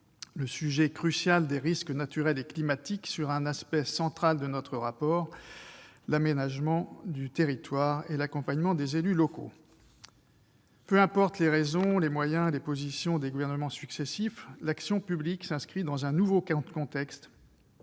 le sujet crucial des risques naturels et climatiques en évoquant un volet central du rapport de la mission d'information : l'aménagement du territoire et l'accompagnement des élus locaux. Peu importent les raisons, les moyens, les positions des gouvernements successifs, l'action publique s'inscrit dans un nouveau contexte,